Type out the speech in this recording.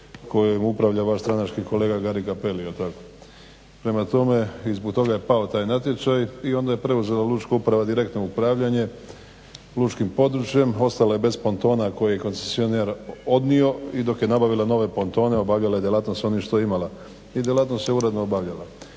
kojom upravlja vaš stranački kolega Gari Cappelli, jel tako? Prema tome i zbog toga je pao taj natječaj i onda je preuzelo lučku upravu direktno upravljanje lučkim područjem, ostalo je bez planktona koje je koncesionar odnio i dok je nabavila nove planktone obavljala je djelatnost s onime šta je imala, i djelatnost se uredno obavljala.